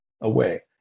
away